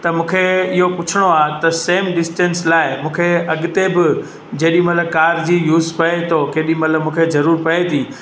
त मूंखे इहो पुछिणो आहे त सेम डिस्टेंस लाइ मूंखे अॻिते बि जेॾी महिल कार जी यूज़ पिए थो केॾी महिल मूंखे ज़रूरु पिए थी